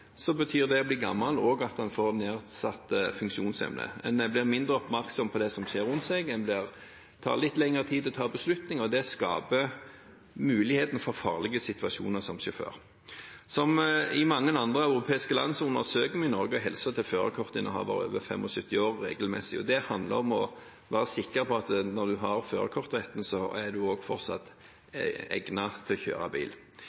betyr det å bli gammel også at man får nedsatt funksjonsevne. Man blir mindre oppmerksom på det som skjer rundt seg, det tar litt lengre tid å ta beslutninger. Det skaper muligheten for at man som sjåfør skaper farlige situasjoner. Som i mange andre europeiske land undersøker vi i Norge helsen til førerkortinnehavere over 75 år regelmessig. Det handler om å være sikker på at når man har retten til førerkort, er man fortsatt egnet til å kjøre bil.